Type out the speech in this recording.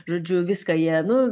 žodžiu viską jie nu